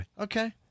Okay